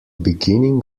beginning